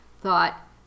thought